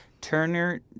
Turner